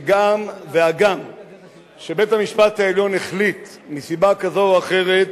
שגם אם בית-המשפט העליון החליט מסיבה כזו או אחרת